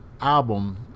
Album